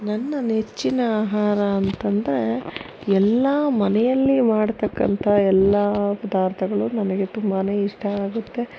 ನನ್ನ ನೆಚ್ಚಿನ ಆಹಾರ ಅಂತಂದರೆ ಎಲ್ಲ ಮನೆಯಲ್ಲಿ ಮಾಡ್ತಕ್ಕಂಥ ಎಲ್ಲ ಪದಾರ್ಥಗಳು ನನಗೆ ತುಂಬಾ ಇಷ್ಟ ಆಗುತ್ತೆ